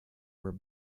were